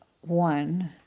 one